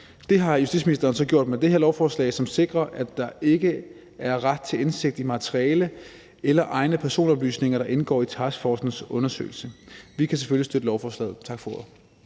Det har justitsministeren så gjort med det her lovforslag, som sikrer, at der ikke er ret til indsigt i materiale eller egne personoplysninger, der indgår i taskforcens undersøgelse. Vi kan selvfølgelig støtte lovforslaget. Tak for ordet.